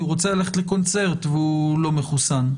כי הוא רוצה ללכת לקונצרט והוא לא מחוסן,